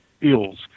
ills